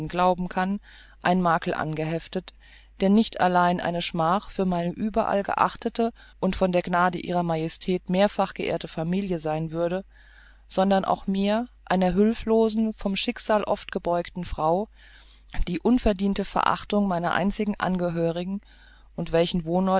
glauben kann ein makel angeheftet der nicht allein eine schmach für meine überall geachtete von der gnade ihrer majestäten mehrfach geehrte familie sein würde sondern auch mir einer hülflosen vom schicksale oft und tiefgebeugten frau die unverdiente verachtung meiner einzigen angehörigen und welchen wohnort